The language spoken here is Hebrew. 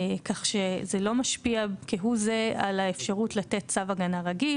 כך שזה לא משפיע כהוא זה את האפשרות לתת צו הגנה רגיל.